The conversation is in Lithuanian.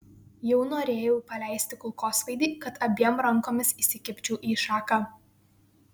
jau norėjau paleisti kulkosvaidį kad abiem rankomis įsikibčiau į šaką